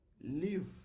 live